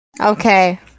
Okay